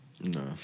No